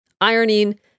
ironing